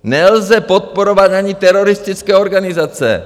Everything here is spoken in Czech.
Nelze podporovat ani teroristické organizace.